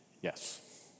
Yes